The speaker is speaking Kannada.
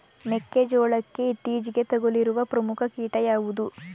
ಮೆಕ್ಕೆ ಜೋಳಕ್ಕೆ ಇತ್ತೀಚೆಗೆ ತಗುಲಿರುವ ಪ್ರಮುಖ ಕೀಟ ಯಾವುದು?